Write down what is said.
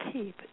Keep